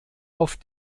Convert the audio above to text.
auf